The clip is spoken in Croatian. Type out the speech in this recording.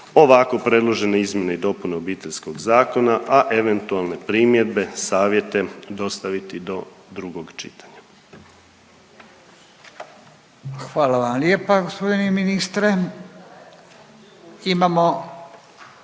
ovako predložene Izmjene i dopune Obiteljskog zakona, a eventualne primjedbe, savjete dostaviti do drugog čitanja. **Radin, Furio (Nezavisni)**